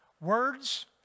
Words